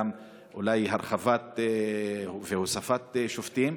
אולי גם הרחבה והוספה של שופטים.